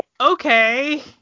okay